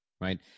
right